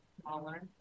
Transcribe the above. smaller